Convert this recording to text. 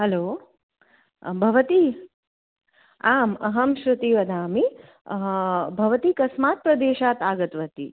hello भवती आम् अहं श्रुति वदामि भवती कस्मात् प्रदेशात् आगतवती